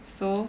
so